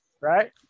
right